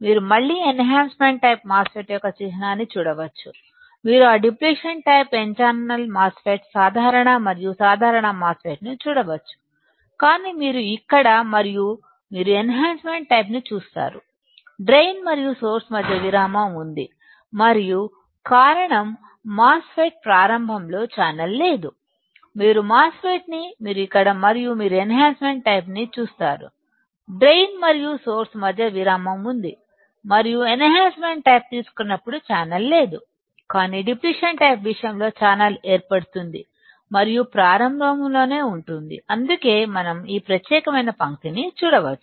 మీరు మళ్ళీ enhancement type MOSFET యొక్క చిహ్నాన్ని చూడవచ్చు మీరు ఆ depletion type n channel MOSFET సాధారణ మరియు సాధారణ మాస్ ఫెట్ను చూడవచ్చు కానీ మీరు ఇక్కడ మరియు మీరు ఎన్ హాన్సమెంట్ టైపు ని చూస్తారుడ్రైన్ మరియు సోర్స్ మధ్య విరామం ఉంది మరియు కారణం మాస్ ఫెట్ ప్రారంభంలో ఛానల్ లేదు మీరు మాస్ ఫెట్ ని మీరు ఇక్కడ మరియు మీరు ఎన్ హాన్సమెంట్ టైపు ని చూస్తారుడ్రైన్ మరియు సోర్స్ మధ్య విరామం ఉంది మరియు ఎన్హాన్సమెంట్ టైపు తీసుకున్నప్పుడు ఛానల్ లేదు కానీ డిప్లిషన్ టైపు విషయంలో ఛానల్ ఏర్పడుతుంది మరియు ప్రారంభంలో ఉంటుంది అందుకే మనం ఈ ప్రత్యేకమైన పంక్తిని చూడవచ్చు